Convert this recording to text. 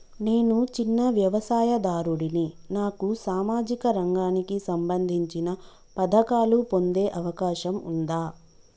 నేను చిన్న వ్యవసాయదారుడిని నాకు సామాజిక రంగానికి సంబంధించిన పథకాలు పొందే అవకాశం ఉందా?